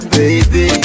Baby